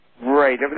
Right